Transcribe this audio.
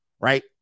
right